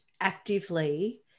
actively